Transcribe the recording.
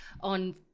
on